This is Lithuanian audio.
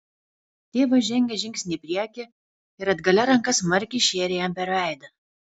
tėvas žengė žingsnį į priekį ir atgalia ranka smarkiai šėrė jam per veidą